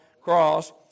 cross